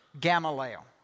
Gamaliel